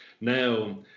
Now